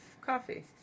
coffee